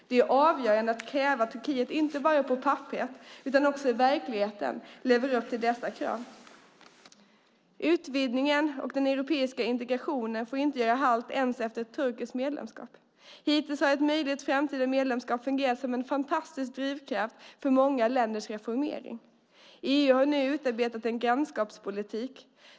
Det är avgörande att kräva att Turkiet inte bara på papperet utan också i verkligheten lever upp till dessa krav. Utvidgningen och den europeiska integrationen får inte gör halt ens efter ett turkiskt medlemskap. Hittills har ett möjligt framtida medlemskap fungerat som en fantastisk drivkraft för många länders reformering. EU har nu utarbetat en grannskapspolitik.